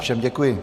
Všem děkuji.